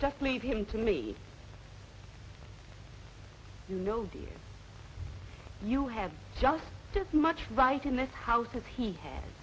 just leave him to me you know did you have just as much right in this house as he had